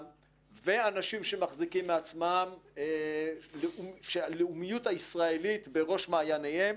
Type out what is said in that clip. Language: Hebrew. ואנשים שמחזיקים מעצמם שהלאומיות הישראלית בראש מעייניהם,